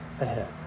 ahead